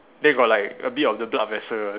then got like a bit of the blood vessel